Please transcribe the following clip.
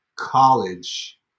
college